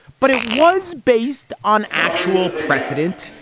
but it was based on actual precedent,